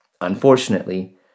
Unfortunately